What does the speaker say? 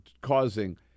causing